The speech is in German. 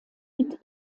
mit